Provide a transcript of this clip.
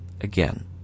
again